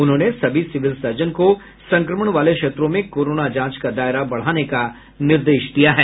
उन्होंने सभी civil surgeon को संक्रमण वाले क्षेत्रों में कोरोना जांच का दायरा बढ़ाने का निर्देश दिया है